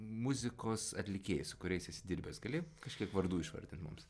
muzikos atlikėjai su kuriais esi dirbęs gali kažkiek vardų išvardint mums